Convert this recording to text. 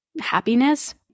happiness